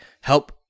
help